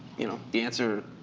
you know, the answer.